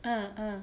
ah ah